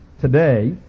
today